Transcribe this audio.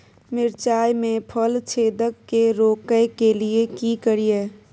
मिर्चाय मे फल छेदक के रोकय के लिये की करियै?